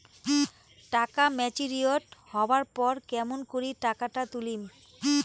টাকা ম্যাচিওরড হবার পর কেমন করি টাকাটা তুলিম?